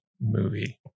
movie